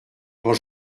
quand